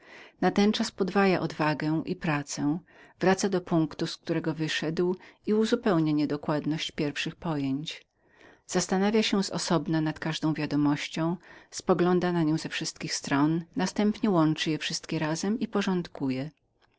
mu system natenczas podwaja odwagę i pracę wraca do punktu z którego wyszedł i uzupełnia niedokładność pierwszych pojęć wtedy to zastanawia się nad każdą wiadomością spogląda na nią ze wszystkich stron następnie łączy je razem i porządkuje